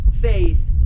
faith